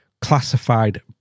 classified